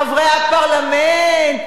חברי הפרלמנט,